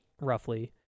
roughly